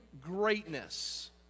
greatness